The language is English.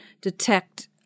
detect